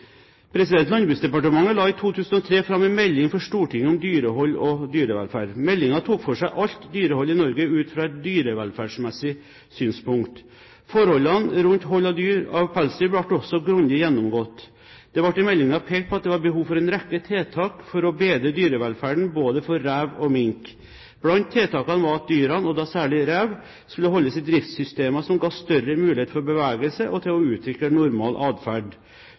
Landbruksdepartementet la i 2003 fram en melding for Stortinget om dyrehold og dyrevelferd. Meldingen tok for seg alt dyrehold i Norge ut fra et dyrevelferdsmessig synspunkt. Forholdene rundt hold av pelsdyr ble også grundig gjennomgått. Det ble i meldingen pekt på at det var behov for en rekke tiltak for å bedre dyrevelferden både for rev og mink. Blant tiltakene var at dyrene, og da særlig rev, skulle holdes i driftssystemer som ga større mulighet for å bevege seg og til å utvikle normal atferd.